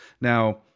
Now